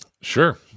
Sure